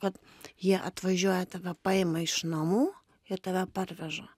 kad jie atvažiuoja tave paima iš namų ir tave parveža